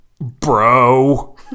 bro